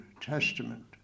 Testament